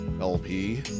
LP